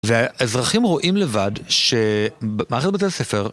והאזרחים רואים לבד שמערכת בתי הספר